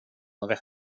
något